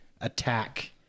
attack